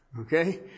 Okay